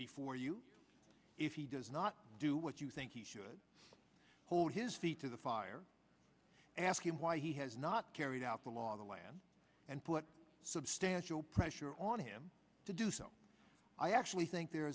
before you if he does not do what you think he should hold his feet to the fire and ask him why he has not carried out the law to land and put substantial pressure on him to do so i actually think there